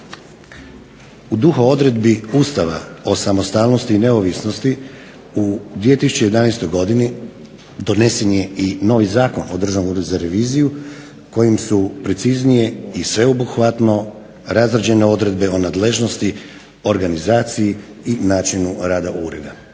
U duhu odredbi Ustava o samostalnosti i neovisnosti u 2011. godini donesen je i novi Zakon o Državnom uredu za reviziju kojim su preciznije i sveobuhvatno razrađene odredbe o nadležnosti, organizaciji i načinu rada Ureda.